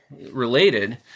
related